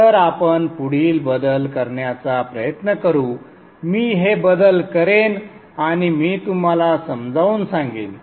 तर आपण पुढील बदल करण्याचा प्रयत्न करू मी हे बदल करेन आणि मी तुम्हाला समजावून सांगेन